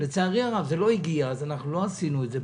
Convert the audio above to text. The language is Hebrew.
לצערי הרב, זה לא הגיע אז לא עשינו את זה.